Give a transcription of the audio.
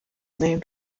named